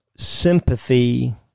sympathy